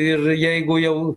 ir jeigu jau